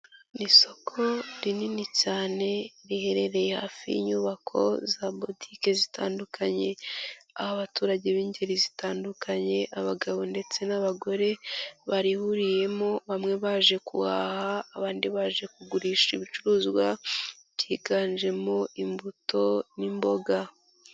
Ni isoko rinini cyane riherereye hafi y'inyubako za botike zitandukanye, aho abaturage b'ingeri zitandukanye abagabo ndetse n'abagore bariburiyemo bamwe baje guhaha abandi baje kugurisha ibicuruzwa byiganjemo imbuto n'imboga.